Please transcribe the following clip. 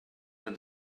that